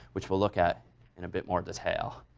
which we'll look at in a bit more detail.